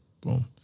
Boom